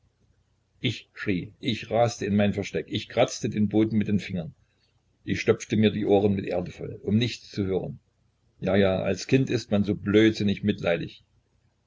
ich schrie ich raste in meinem versteck ich kratzte den boden mit den fingern ich stopfte mir die ohren mit erde voll um nichts zu hören ja ja als kind ist man so blödsinnig mitleidig